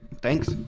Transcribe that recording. Thanks